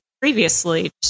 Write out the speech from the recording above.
previously